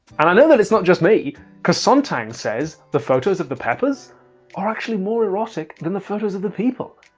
and i know that it's not just me cause sontang says the photos of the peppers are actually more erotic than the photos of the people!